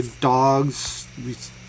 dogs